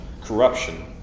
corruption